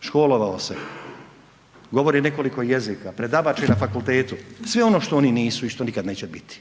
školovao se, govori nekoliko jezika predavač je na fakultetu, sve ono što oni nisu i što nikad neće biti